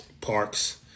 Parks